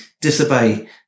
disobey